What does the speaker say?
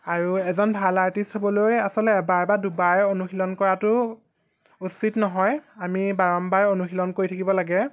আৰু এজন ভাল আৰ্টিষ্ট হ'বলৈ আচলতে এবাৰ বা দুবাৰ অনুশীলন কৰাতো উচিত নহয় আমি বাৰম্বাৰ অনুশীলন কৰি থাকিব লাগে